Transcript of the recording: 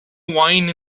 wine